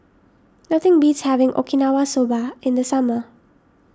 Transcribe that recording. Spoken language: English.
nothing beats having Okinawa Soba in the summer